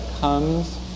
comes